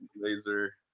laser